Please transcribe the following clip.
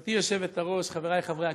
חברתי היושבת-ראש, חברי חברי הכנסת,